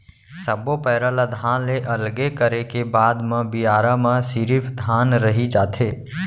सब्बो पैरा ल धान ले अलगे करे के बाद म बियारा म सिरिफ धान रहि जाथे